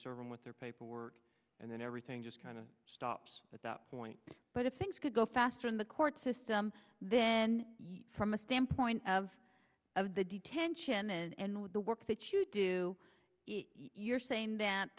serve him with their paperwork and then everything just kind of stops at that point but if things could go faster in the court system then from a standpoint of of the detention and the work that you do you're saying that